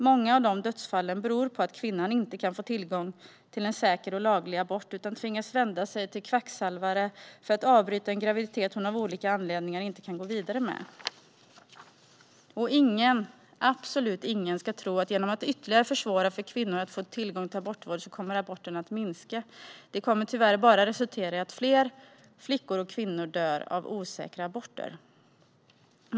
Många av dessa dödsfall beror på att kvinnan inte kan få tillgång till en säker och laglig abort utan tvingas att vända sig till kvacksalvare för att avbryta en graviditet som hon av olika anledningar inte kan gå vidare med. Ingen - absolut ingen - ska tro att aborterna kommer att minska genom att man ytterligare försvårar för kvinnor att få tillgång till abortvård. Detta kommer tyvärr bara att resultera i att fler flickor och kvinnor dör av osäkra aborter.